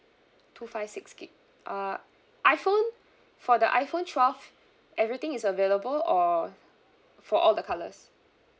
two five six gig uh iphone for the iphone twelve everything is available or for all the colours